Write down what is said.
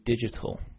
digital